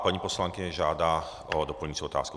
Paní poslankyně žádá o doplňující otázku.